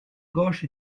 gauche